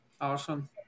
Awesome